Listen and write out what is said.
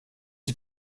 die